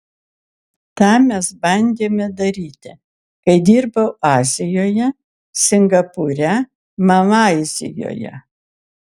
tą mes bandėme daryti kai dirbau azijoje singapūre malaizijoje